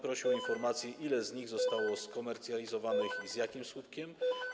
Prosiłbym o informację, ile z nich zostało skomercjalizowanych i z jakim skutkiem.